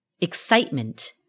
excitement